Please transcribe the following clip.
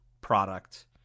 product